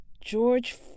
George